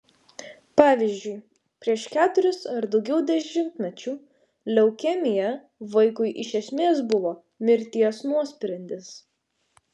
pavyzdžiui prieš keturis ar daugiau dešimtmečių leukemija vaikui iš esmės buvo mirties nuosprendis